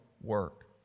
work